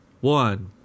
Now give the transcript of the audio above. One